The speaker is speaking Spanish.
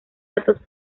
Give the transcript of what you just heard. datos